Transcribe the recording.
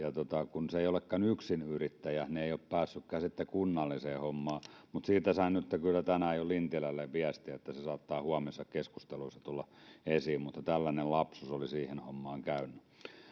kun se ei olekaan yksinyrittäjä niin ei ole päässytkään sitten kunnalliseen hommaan mutta siitä sain nytten kyllä tänään jo lintilälle viestiä niin että se saattaa huomisissa keskusteluissa tulla esiin mutta tällainen lapsus oli siihen hommaan käynyt